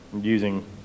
using